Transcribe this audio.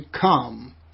come